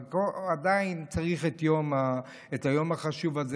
אבל עדיין צריך את היום החשוב הזה,